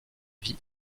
vie